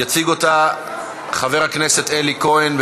יציג אותה חבר הכנסת אלי כהן.